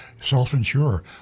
Self-insure